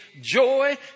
joy